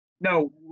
no